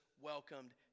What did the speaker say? welcomed